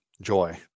joy